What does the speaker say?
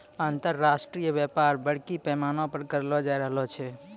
अन्तर्राष्ट्रिय व्यापार बरड़ी पैमाना पर करलो जाय रहलो छै